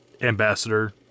Ambassador